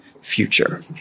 future